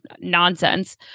nonsense